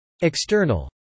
External